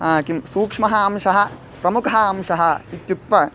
किं सूक्ष्मः अंशः प्रमुखः अंशः इत्युक्त्वा